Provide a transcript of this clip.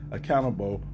accountable